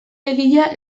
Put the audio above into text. egilea